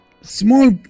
small